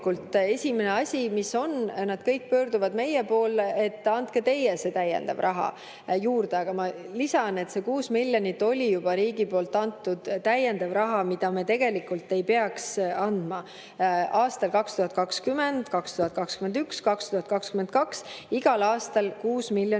esimene asi, mis on, nad kõik pöörduvad meie poole, et andke teie see täiendav raha juurde. Aga ma lisan, et see 6 miljonit oli juba riigi poolt antud täiendav raha, mida me tegelikult ei peaks andma – aastal 2020, 2021, 2022, igal aastal 6 miljonit